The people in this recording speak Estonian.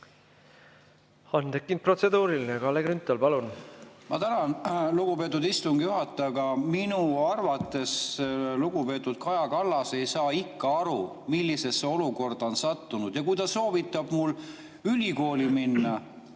On tekkinud protseduuriline. Kalle Grünthal, palun! Ma tänan, lugupeetud istungi juhataja! Aga minu arvates lugupeetud Kaja Kallas ei saa ikka aru, millisesse olukorda ta on sattunud. Kui ta soovitab mul ülikooli minna,